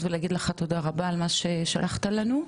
ולהגיד לך תודה רבה על מה ששלחת לנו.